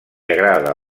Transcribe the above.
agrada